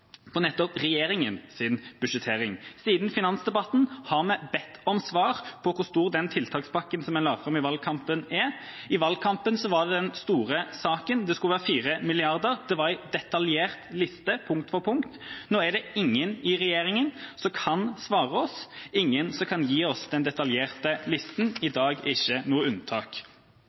nettopp regjeringas budsjettering. Siden finansdebatten har vi bedt om svar på hvor stor den tiltakspakken som en la fram i valgkampen, er. I valgkampen var den store saken at det skulle være 4 mrd. kr, det var en detaljert liste punkt for punkt. Nå er det ingen i regjeringa som kan svare oss, ingen som kan gi oss den detaljerte lista – dagen i